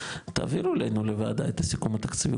תעבירו אלינו לוועדה את הסיכום התקציבי,